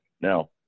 Now